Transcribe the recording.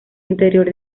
interior